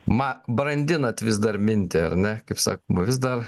ma brandinat vis dar mintį ar ne kaip sakoma vis dar